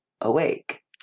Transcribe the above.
awake